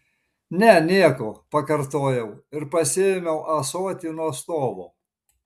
ne nieko pakartojau ir pasiėmiau ąsotį nuo stovo